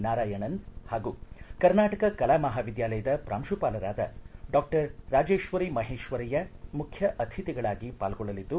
ನಾರಾಯಣನ್ ಹಾಗೂ ಕರ್ನಾಟಕ ಕಲಾ ಮಹಾವಿದ್ಯಾಲಯದ ಪ್ರಾಂಶುಪಾಲರಾದ ಡಾಕ್ಟರ್ ರಾಜೇಶ್ವರಿ ಮಹೇಶ್ವರಯ್ಯ ಮುಖ್ಯ ಅತಿಥಿಗಳಾಗಿ ಪಾಲ್ಗೊಳ್ಳಲಿದ್ದು